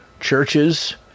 churches